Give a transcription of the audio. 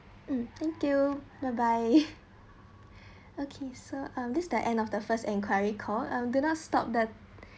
mm thank you bye bye okay so um this the end of the first enquiry call I'm gonna stop the